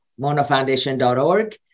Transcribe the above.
monofoundation.org